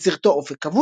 בסרטו "אופק אבוד",